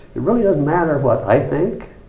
it really doesn't matter what i think,